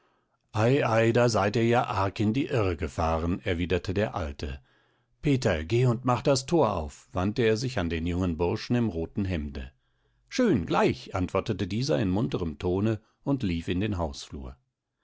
da seid ihr ja arg in der irre gefahren erwiderte der alte peter geh und mach das tor auf wandte er sich an den jungen burschen im roten hemde schön gleich antwortete dieser in munterem tone und lief in den hausflur